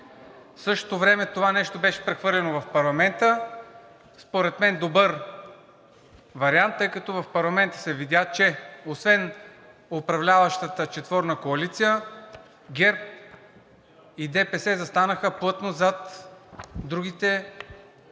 В същото време това нещо беше прехвърлено в парламента. Според мен добър вариант, тъй като в парламента се видя, че освен управляващата четворна коалиция, ГЕРБ и ДПС застанаха плътно зад другите